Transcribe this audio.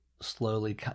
slowly